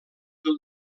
del